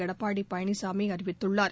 எடப்பாடி பழனிசாமி அறிவித்துள்ளார்